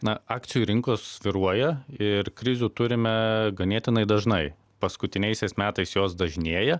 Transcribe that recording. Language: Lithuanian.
na akcijų rinkos svyruoja ir krizių turime ganėtinai dažnai paskutiniaisiais metais jos dažnėja